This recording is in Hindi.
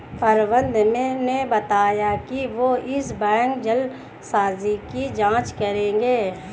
प्रबंधक ने बताया कि वो इस बैंक जालसाजी की जांच करेंगे